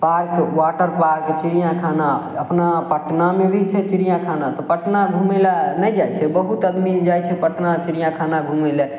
park water park चिड़ियाखाना अपना पटनामे भी छै चिड़ियाखाना तऽ पटना घूमय लए नहि जाइ छै बहुत आदमी जाइ छै पटना चिड़ियाखाना घूमय लऽ